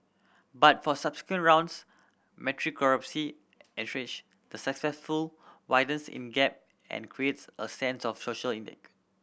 but for subsequent rounds entrench the successful widens in gap and creates a sense of social